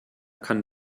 kann